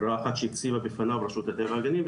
ברירה אחת שהציבה בפניו רשות הטבע והגנים,